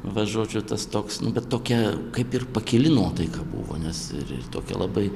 va žodžiu tas toks nu bet tokia kaip ir pakili nuotaika buvo nes ir ir tokia labai